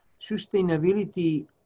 sustainability